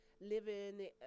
Living